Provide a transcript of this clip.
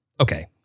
okay